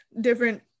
different